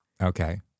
Okay